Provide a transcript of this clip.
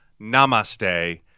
Namaste